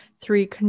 three